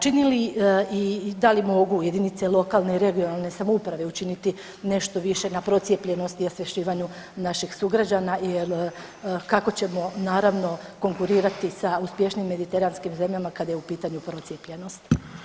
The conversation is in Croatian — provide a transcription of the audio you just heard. Čini li i da li mogu jedinice lokalne i regionalne samouprave učiniti nešto više na procijepljenosti i osvješćivanju naših sugrađana i je li, kako ćemo, naravno, konkurirati sa uspješnijim mediteranskim zemljama kada je u pitanju procijepljenost.